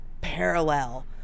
parallel